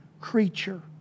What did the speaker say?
creature